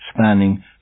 spanning